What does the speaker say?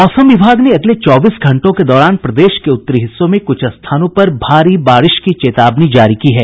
मौसम विभाग ने अगले चौबीस घंटों के दौरान प्रदेश के उत्तरी हिस्सों में कुछ स्थानों पर भारी बारिश की चेतावनी जारी की है